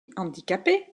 handicapé